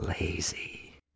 lazy